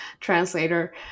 translator